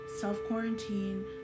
self-quarantine